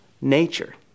nature